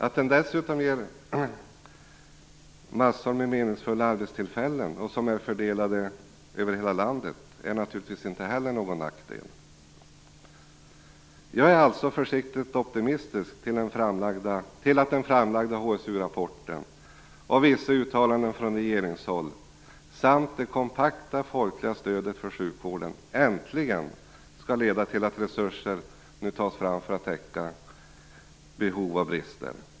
Att den dessutom ger massor med meningsfulla arbetstillfällen, fördelade över hela landet, är naturligtvis inte heller någon nackdel. Jag är alltså försiktigt optimistisk till att den framlagda HSU-rapporten, vissa uttalanden från regeringshåll samt det kompakta folkliga stödet för sjukvården äntligen skall leda till att resurser nu tas fram för att täcka behov och brister.